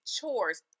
chores